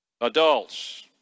adults